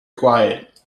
quiet